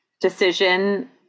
decision